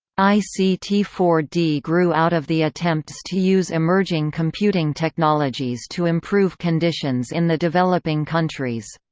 i c t four d grew out of the attempts to use emerging computing technologies to improve conditions in the developing countries.